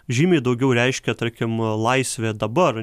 žymiai daugiau reiškia tarkim laisvė dabar